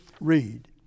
read